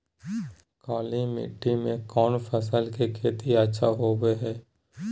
काली मिट्टी में कौन फसल के खेती अच्छा होबो है?